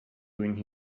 doing